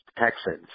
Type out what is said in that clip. Texans